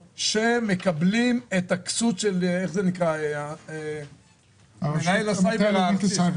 שמקבלים את הכסות של מנהל הסייבר הארצי.